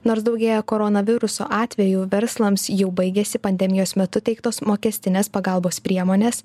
nors daugėja koronaviruso atvejų verslams jau baigėsi pandemijos metu teiktos mokestinės pagalbos priemonės